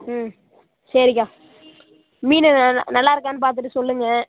ம் சரிக்கா மீன் நல்லா இருக்கான்னு பார்த்துட்டு சொல்லுங்க